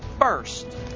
first